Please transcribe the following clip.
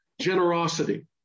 Generosity